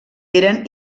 eren